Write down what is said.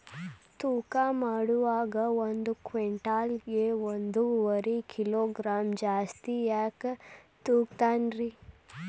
ತೂಕಮಾಡುವಾಗ ಒಂದು ಕ್ವಿಂಟಾಲ್ ಗೆ ಒಂದುವರಿ ಕಿಲೋಗ್ರಾಂ ಜಾಸ್ತಿ ಯಾಕ ತೂಗ್ತಾನ ರೇ?